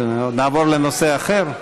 שנעבור לנושא אחר?